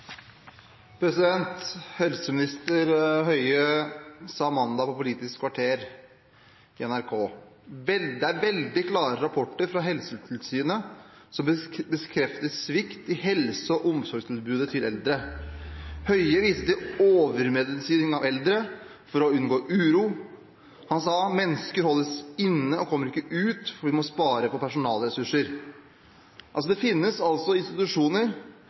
Helsetilsynet som bekrefter svikt i helse- og omsorgstilbudet til eldre. Helseminister Høie viste til overmedisinering av eldre for å unngå uro. Han sa også at mennesker holdes inne og ikke kommer ut fordi man må spare på personalressurser. Det finnes altså institusjoner